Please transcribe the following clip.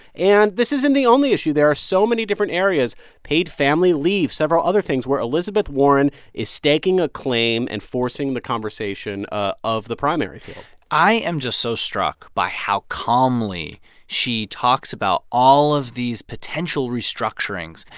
and this isn't the only issue. there are so many different areas paid family leave, several other things where elizabeth warren is staking a claim and forcing the conversation ah of the primary field i am just so struck by how calmly she talks about all of these potential restructurings.